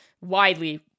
widely